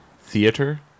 Theater